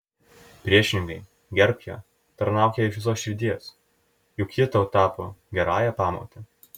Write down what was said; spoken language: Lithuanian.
priešingai gerbk ją tarnauk jai iš visos širdies juk ji tau tapo gerąja pamote